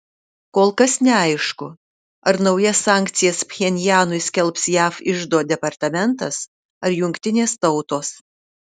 kol kas neaišku ar naujas sankcijas pchenjanui skelbs jav iždo departamentas ar jungtinės tautos